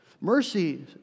Mercy